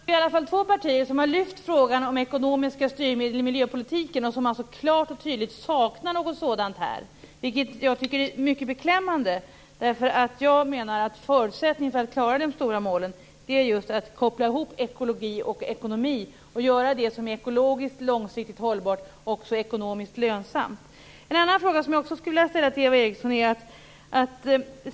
Fru talman! Då är det i alla fall två partier som har lyft fram frågan om ekonomiska styrmedel i miljöpolitiken, och som klart och tydligt saknar något sådant här. Det är mycket beklämmande att detta saknas. Jag menar nämligen att förutsättningen för att uppnå de stora målen är just att koppla ihop ekologi och ekonomi och göra det som är ekologiskt långsiktigt hållbart också ekonomiskt lönsamt. Jag har några andra frågor som jag vill ställa till Eva Eriksson.